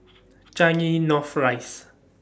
Changi North Rise